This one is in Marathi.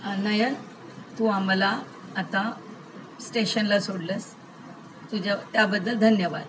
नयन तू आम्हाला आता स्टेशनला सोडलंस तुझ्या त्याबद्दल धन्यवाद